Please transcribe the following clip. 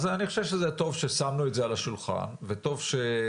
אז אני חושב שטוב ששמנו את זה על השולחן וטוב שחברי